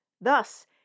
Thus